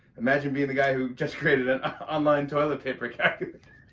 imagine being the guy who just created an online toilet-paper calculator.